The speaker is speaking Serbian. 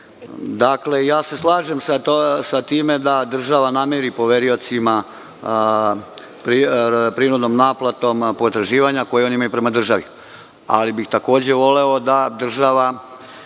u program. Slažem se sa time da država namiri poveriocima prinudnom naplatom potraživanja koja oni imaju prema državi, ali bih takođe voleo da država,